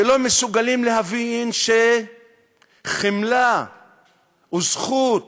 שלא מסוגלים להבין שחמלה היא זכות